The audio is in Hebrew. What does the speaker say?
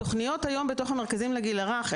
התוכניות היום בתוך המרכזים לגיל הרך,